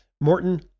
Morton